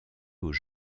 aux